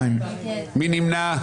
מי נמנע?